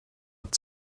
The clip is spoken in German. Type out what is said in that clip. hat